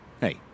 Hey